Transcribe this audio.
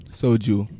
soju